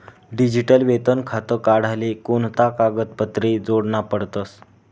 Digital वेतन खातं काढाले कोणता कागदपत्रे जोडना पडतसं?